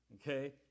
Okay